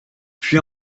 puy